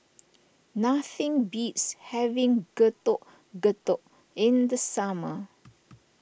nothing beats having Getuk Getuk in the summer